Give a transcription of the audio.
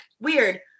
weird